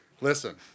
listen